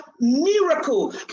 miracle